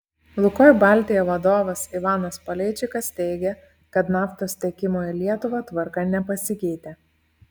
lukoil baltija vadovas ivanas paleičikas teigė kad naftos tiekimo į lietuvą tvarka nepasikeitė